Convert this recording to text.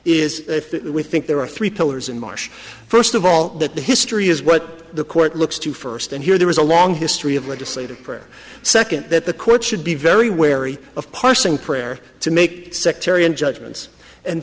is if we think there are three pillars in march first of all that the history is what the court looks to first and here there is a long history of legislative prayer second that the court should be very wary of parsing prayer to make sectarian judgements and